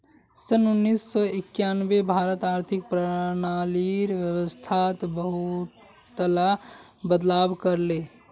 सन उन्नीस सौ एक्यानवेत भारत आर्थिक प्रणालीर व्यवस्थात बहुतला बदलाव कर ले